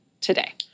today